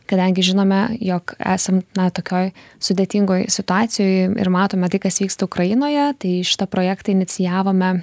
kadangi žinome jog esam na tokioj sudėtingoj situacijoj ir matome tai kas vyksta ukrainoje tai šitą projektą inicijavome